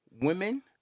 women